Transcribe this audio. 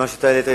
ובמה שאתה העלית,